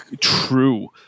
true